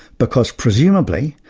because presumably,